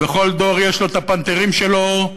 וכל דור יש לו "הפנתרים" שלו,